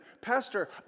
Pastor